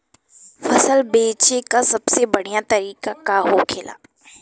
फसल बेचे का सबसे बढ़ियां तरीका का होखेला?